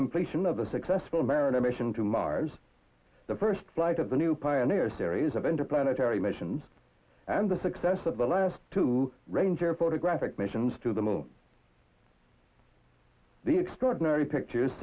completion of the successful mariner mission to mars the first flight of the new pioneer series of interplanetary missions and the success of the last two ranger photographic missions to them all the extraordinary pictures